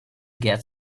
get